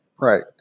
right